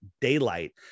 daylight